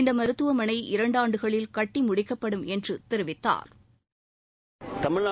இந்த மருத்துவமனை இரண்டாண்டுகளில் கட்டி முடிக்கப்படும் என்று தெரிவித்தாா்